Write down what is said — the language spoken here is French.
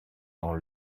dans